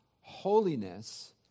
holiness